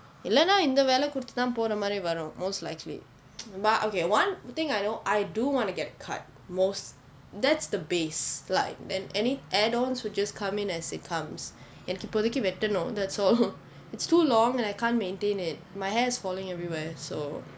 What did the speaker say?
இல்லைனா இந்த வேலை கொடுத்து தான் போற மாதிரி வரும்:illainaa intha velai koduthu thaan pora maathiri varum most likely but okay one thing I know I do want to get cut most that's the base like an~ any add ons will just come in as it comes எனக்கு இப்போதைக்கு வெட்டணும்:enakku ippothaikku vettanum that's all it's too long and I can't maintain it my hair's falling everywhere so